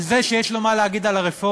על זה שיש לו מה להגיד על הרפורמה.